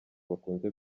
bakunze